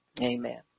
Amen